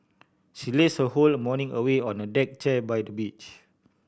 she laze her whole morning away on a deck chair by the beach